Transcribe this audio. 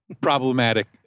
problematic